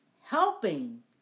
helping